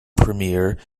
premier